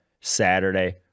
Saturday